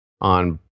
on